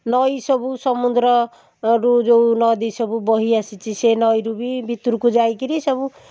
ନଈ ସବୁ ସମୁଦ୍ରରୁ ଯେଉଁ ନଦୀ ସବୁ ବହି ଆସିଛି ସେ ନଈରୁ ବି ଭିତରକୁ ଯାଇକିରି ସବୁ